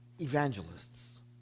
evangelists